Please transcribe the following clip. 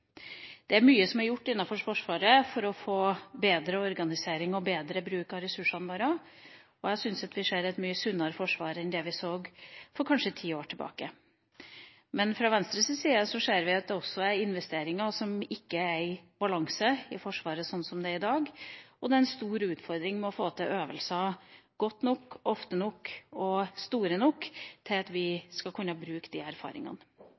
Det er mye som er gjort innenfor Forsvaret for å få bedre organisering og bedre bruk av ressursene der. Jeg syns at vi ser et mye sunnere forsvar enn det vi så for kanskje ti år siden. Men fra Venstres side ser vi at det i Forsvaret også er investeringer som ikke er i balanse, sånn som det er i dag, og det er en stor utfordring å få til øvelser godt nok, ofte nok og store nok til at vi skal kunne bruke de erfaringene.